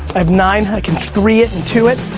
i have nine, i can three it and two it.